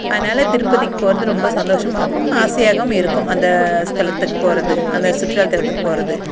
அதனால் திருப்பதிக்கு போவது ரொம்ப சந்தோஷமாயிருக்கும் ஆசையாகவும் இருக்கும் அந்த ஸ்தலத்துக்கு போவது அந்த சுற்றுலா தளத்துக்கு போவது